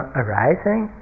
arising